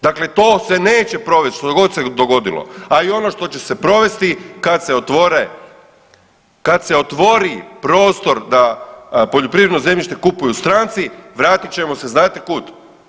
Dakle, to se neće provesti što god se dogodilo, a i ono što će se provesti kad se otvori prostor da poljoprivredno zemljište kupuju stranci vratit ćemo se znate kud?